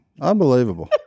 unbelievable